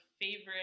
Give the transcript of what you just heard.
favorite